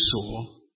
saw